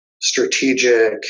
strategic